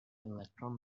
electron